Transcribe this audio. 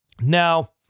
Now